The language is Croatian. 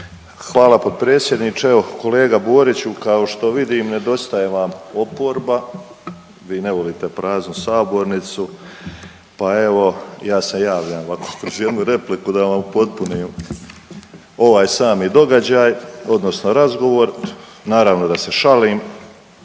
Hvala potpredsjedniče. Evo, kolega Boriću kao što vidim nedostaje vam oporba, vi ne volite praznu sabornicu pa evo ja se javljam vako kroz jednu repliku da vam upotpunim ovaj sami događaj odnosno razgovor, naravno da se šalim.